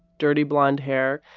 dirty blonde hair.